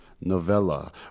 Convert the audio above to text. novella